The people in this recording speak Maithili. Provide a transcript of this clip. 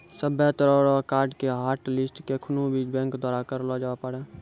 सभ्भे तरह रो कार्ड के हाटलिस्ट केखनू भी बैंक द्वारा करलो जाबै पारै